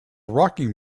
rocking